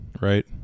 right